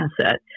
asset